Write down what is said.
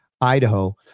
Idaho